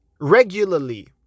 regularly